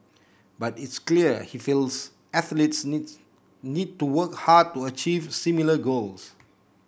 but it's clear he feels athletes needs need to work hard to achieve similar goals